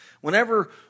Whenever